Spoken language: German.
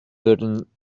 würden